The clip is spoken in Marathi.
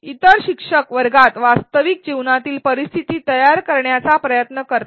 इतर शिक्षक वर्गात वास्तविक जीवनातील परिस्थिती तयार करण्याचा प्रयत्न करतात